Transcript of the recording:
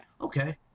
Okay